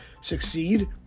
succeed